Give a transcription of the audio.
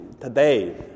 Today